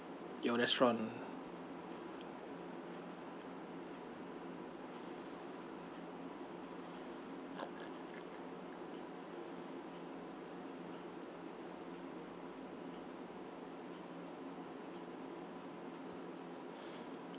your restaurant